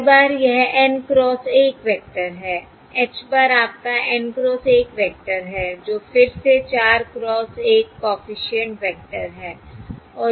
Y bar यह N cross 1 vector है H bar आपका N क्रॉस 1 वेक्टर है जो फिर से 4 क्रॉस 1 कॉफिशिएंट वेक्टर है